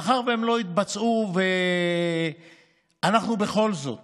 מאחר שהן לא התבצעו ואנחנו בכל זאת